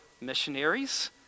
missionaries